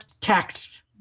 tax